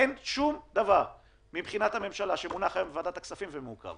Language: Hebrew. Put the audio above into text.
מבחינת הממשלה אין שום דבר שמונח היום בוועדת כספים והוא מעוכב.